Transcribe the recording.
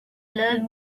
learn